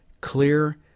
clear